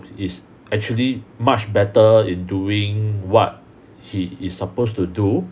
is actually much better in doing what he is supposed to do